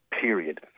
period